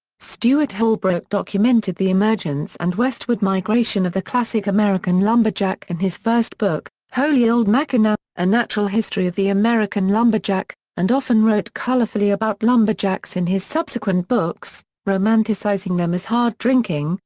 stewart holbrook documented the emergence and westward migration of the classic american lumberjack in his first book, holy old mackinaw a natural history of the american lumberjack, and often wrote colourfully about lumberjacks in his subsequent books, romanticizing them as hard-drinking,